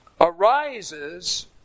arises